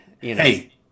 hey